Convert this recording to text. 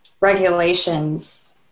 regulations